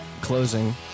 closing